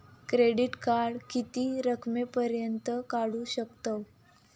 Credit card किती रकमेपर्यंत काढू शकतव?